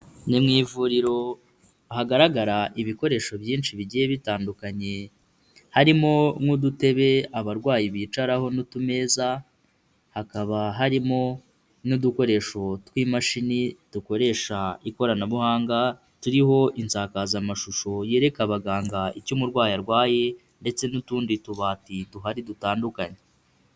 Ni mu ivuriro hagaragara ibikoresho byinshi bigiye bitandukanye, harimo nk'udutebe abarwayi bicaraho n'utumeza, hakaba harimo n'udukoresho tw'imashini dukoresha ikoranabuhanga, turiho insakazamashusho yereka abaganga icyo umurwayi arwaye, ndetse n'utundi tubati duhari dutandukanye.